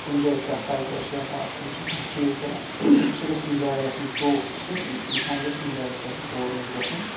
کُنہِ جایہِ کانٛہہ کَلچَر چھُ آسان تِم چھِ کانٛہہ چیٖز کران سُہ گَژھِ اِنجاے گَژھُن تو سُہ کَرِ اِ اِنسان گَژھِ اِنجاے کَرُن تور گژھِ گَژھُن